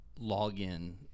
login